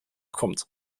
kommt